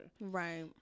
right